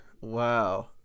wow